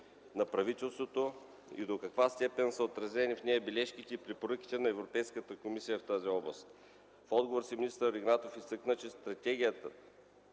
на правителството и до каква степен са отразени в нея бележките и препоръките на Европейската комисия в тази област? В отговора си министър Игнатов изтъкна, че стратегията